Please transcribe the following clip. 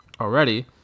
Already